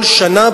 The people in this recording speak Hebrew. כל שנה,